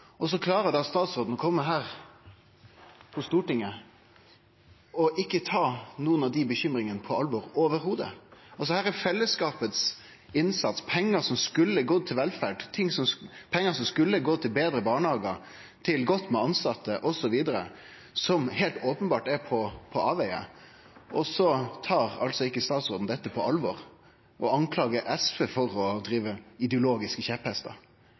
Stortinget og ikkje ta nokon av dei bekymringane på alvor i det heile. Her er innsatsen frå fellesskapet, pengar som skulle gått til velferd, pengar som skulle gått til betre barnehagar, til godt med tilsette, osv., heilt openbert på avvegar. Så tar altså ikkje statsråden dette på alvor og skuldar SV for å ri ideologiske kjepphestar.